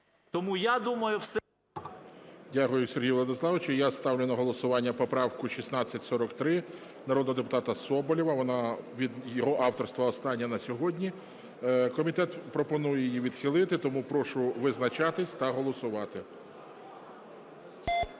Дякую, Сергію Владиславовичу. Я ставлю на голосування поправку 1643 народного депутата Соболєва, вона від його авторства остання на сьогодні. Комітет пропонує її відхилити. Тому прошу визначатися та голосувати.